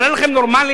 נראה לכם נורמלי,